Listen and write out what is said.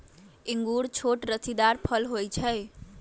इंगूर छोट रसीदार फल होइ छइ